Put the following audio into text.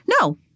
No